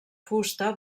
fusta